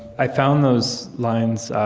i found those lines